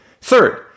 Third